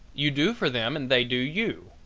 you do for them and they do you.